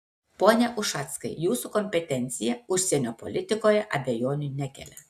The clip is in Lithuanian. pone ušackai jūsų kompetencija užsienio politikoje abejonių nekelia